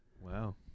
Wow